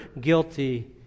guilty